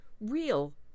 real